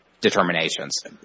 determinations